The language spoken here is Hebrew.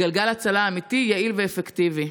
גלגל הצלה אמיתי, יעיל ואפקטיבי.